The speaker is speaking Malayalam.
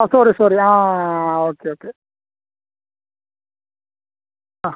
ഓ സോറി സോറി ആ ഓക്കെ ഓക്കെ ആ